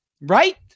right